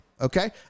okay